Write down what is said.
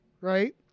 right